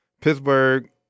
Pittsburgh